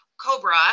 COBRA